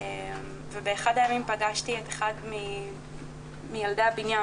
ובאחד הימים פגשתי את אחד מילדי הבניין